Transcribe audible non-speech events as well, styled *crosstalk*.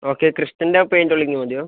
okay ക്രിസ്റ്റലിന്റെ *unintelligible* മതിയോ